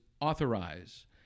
authorize